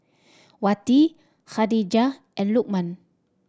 Wati Khadija and Lukman